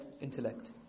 intellect